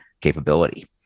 capability